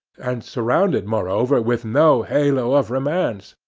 and surrounded, moreover, with no halo of romance.